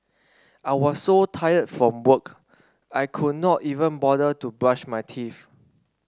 I was so tired from work I could not even bother to brush my teeth